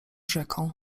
rzeką